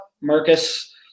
Marcus